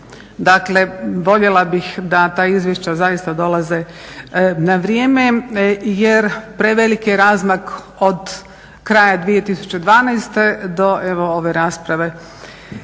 Dakle, voljela bih da ta izvješća zaista dolaze na vrijeme jer prevelik je razmak od kraja 2012. do evo ove rasprave